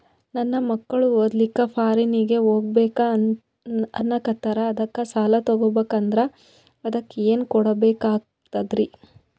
ನನ್ನ ಮಕ್ಕಳು ಓದ್ಲಕ್ಕ ಫಾರಿನ್ನಿಗೆ ಹೋಗ್ಬಕ ಅನ್ನಕತ್ತರ, ಅದಕ್ಕ ಸಾಲ ತೊಗೊಬಕಂದ್ರ ಅದಕ್ಕ ಏನ್ ಕೊಡಬೇಕಾಗ್ತದ್ರಿ?